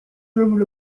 drivel